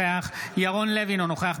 אינו נוכח ירון לוי,